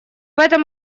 этом